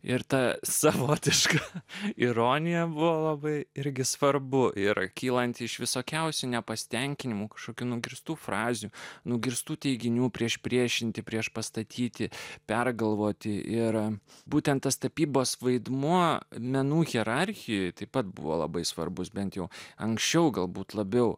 ir ta savotiška ironija vaclovui irgi svarbu yra kylanti iš visokiausių nepasitenkinimų kažkokių nugirstų frazių nugirstų teiginių priešpriešinti priešpastatyti pergalvoti ir būtent tas tapybos vaidmuo menų hierarchijoje taip pat buvo labai svarbus bent jau anksčiau galbūt labiau